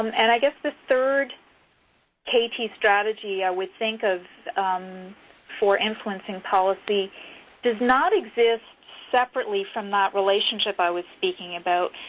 um and i guess the third kt strategy i would think of for influencing policy does not exist separately from that relationship i was speaking about,